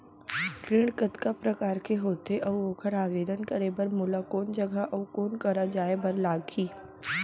ऋण कतका प्रकार के होथे अऊ ओखर आवेदन करे बर मोला कोन जगह अऊ कोन करा जाए बर लागही?